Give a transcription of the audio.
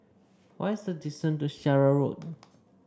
what is the distance to Syariah